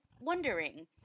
wondering –